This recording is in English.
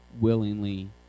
willingly